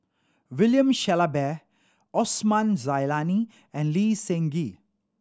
William Shellabear Osman Zailani and Lee Seng Gee